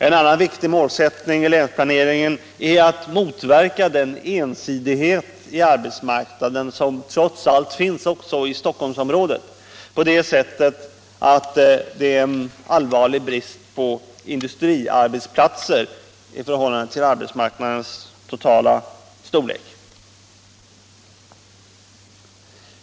En annan viktig målsättning i länsplaneringen är att motverka den ensidighet i arbetsmarknaden som trots allt finns också i Stockholmsområdet på det sättet att det råder en allvarlig brist på industriarbetsplatser i förhållande till arbetsmarknadens totala storlek.